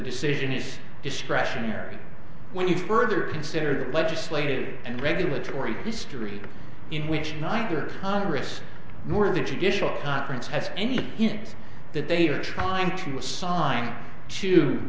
decision is discretionary when you further consider the legislative and regulatory history in which neither congress nor the traditional conference has any chance that they are trying to assign to